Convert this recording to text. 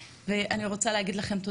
ואני רוצה להגיד לכם לא